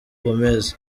gomez